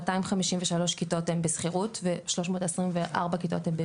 253 כיתות הן בשכירות ו-324 הן בבינוי.